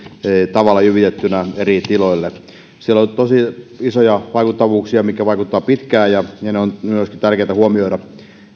tavalla jyvitettynä eri tiloille siellä on tosi isoja vaikuttavuuksia mitkä vaikuttavat pitkään ja ne ne on myöskin tärkeää huomioida